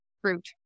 fruit